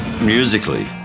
Musically